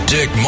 Dick